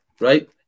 right